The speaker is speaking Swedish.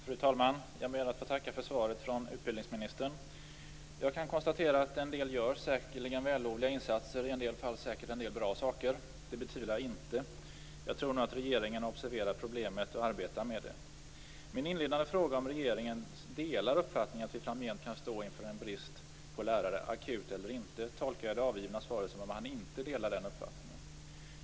Fru talman! Jag ber att få tacka för svaret från utbildningsministern. Jag kan konstatera att det säkerligen görs en del vällovliga insatser och i en del fall utan tvivel bra saker. Jag tror nog att regeringen har observerat problemet och arbetar med det. Vad gäller min inledande fråga om regeringen delar uppfattningen att vi framgent kan stå inför en brist på lärare, akut eller inte, tolkar jag det avgivna svaret så att han inte delar den uppfattningen.